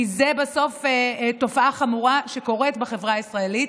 כי בסוף זו תופעה חמורה שקורית בחברה הישראלית,